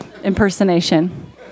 Impersonation